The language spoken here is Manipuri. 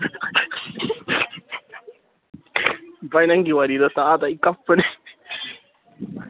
ꯚꯥꯏ ꯅꯪꯒꯤ ꯋꯥꯔꯤꯗꯣ ꯇꯥꯕꯗ ꯑꯩ ꯀꯞꯄꯅꯦ